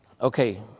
Okay